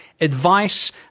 advice